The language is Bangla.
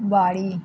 বাড়ি